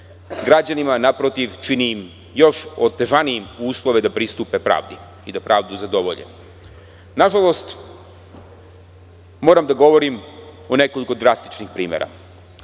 građanima, naprotiv, čini im još otežanijim uslove da pristupe pravdi i da pravdu zadovolje. Nažalost, moram da govorim o nekoliko drastičnim primera.